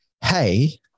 Hey